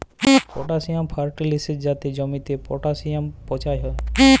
potassium ফার্টিলিসের যাতে জমিতে পটাসিয়াম পচ্ছয় হ্যয়